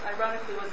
ironically